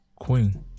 queen